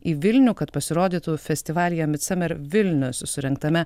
į vilnių kad pasirodytų festivalyje midsummer vilnius surengtame